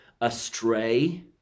astray